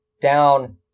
down